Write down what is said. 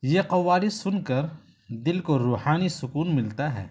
یہ قوالی سن کر دل کو روحانی سکون ملتا ہے